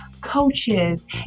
coaches